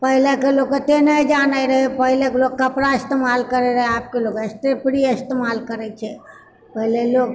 पहिलेके लोक एते नहि जानए रहै पहिलेके लोक कपड़ा इस्तेमाल करै रहए आबके लोक स्टे फ्री इस्तेमाल करैत छै पहिले लोक